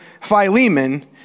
Philemon